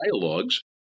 dialogues